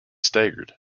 staggered